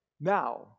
now